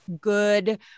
good